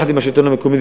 יחד עם השלטון המקומי,